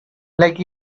like